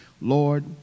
Lord